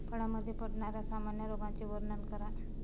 फळांमध्ये पडणाऱ्या सामान्य रोगांचे वर्णन करा